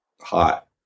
hot